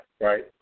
right